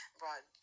brought